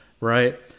right